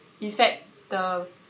in fact the